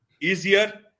easier